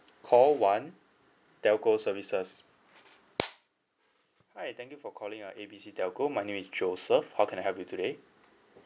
call one telco services hi thank you for calling uh A B C telco my name is joseph how can I help you today